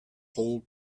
whole